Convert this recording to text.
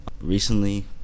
Recently